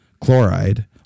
Chloride